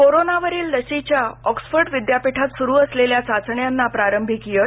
कोरोनावरील लसीच्या ऑक्सफर्ड विद्यापीठात सुरू असलेल्या चाचण्यांना प्रारंभिक यश